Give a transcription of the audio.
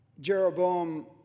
Jeroboam